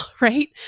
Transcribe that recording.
right